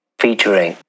featuring